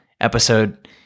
episode